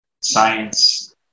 Science